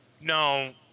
No